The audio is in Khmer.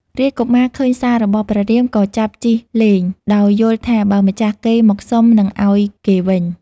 រាជកុមារឃើញសាររបស់ព្រះរាម ក៏ចាប់ជិះលេងដោយយល់ថា បើម្ចាស់គេមកសុំនឹងឱ្យគេវិញ។